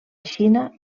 xina